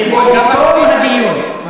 שבו בתום הדיון,